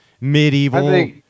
medieval